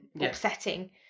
upsetting